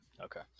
Okay